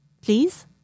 Please